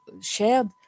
shared